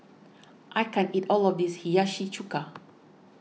I can't eat all of this Hiyashi Chuka